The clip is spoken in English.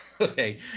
Okay